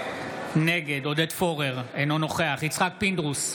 נגד עודד פורר, אינו נוכח יצחק פינדרוס,